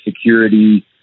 security